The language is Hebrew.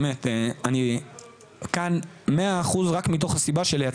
אני כאן 100 אחוז רק מתוך הסיבה שאני רוצה